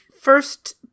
first